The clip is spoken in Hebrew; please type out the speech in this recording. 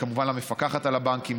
כמובן למפקחת על הבנקים,